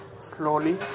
slowly